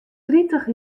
tritich